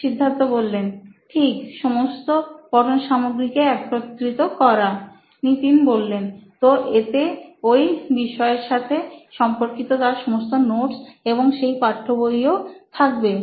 সিদ্ধার্থ ঠিক সমস্ত পঠন সামগ্রী কে একত্রিত করা নিতিন তো এতে ওই বিষয়ের সাথে সম্পর্কিত তার সমস্ত নোটস এবং সেই পাঠ্যবইও থাকবে